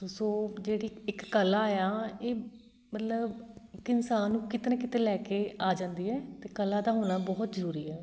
ਤਾਂ ਸੋ ਜਿਹੜੀ ਇੱਕ ਕਲਾ ਆ ਇਹ ਮਤਲਬ ਇੱਕ ਇਨਸਾਨ ਨੂੰ ਕਿਤੇ ਨਾ ਕਿਤੇ ਲੈ ਕੇ ਆ ਜਾਂਦੀ ਹੈ ਅਤੇ ਕਲਾ ਦਾ ਹੋਣਾ ਬਹੁਤ ਜ਼ਰੂਰੀ ਹੈ